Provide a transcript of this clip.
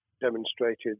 demonstrated